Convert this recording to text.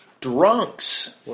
drunks